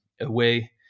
away